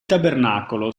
tabernacolo